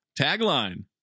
Tagline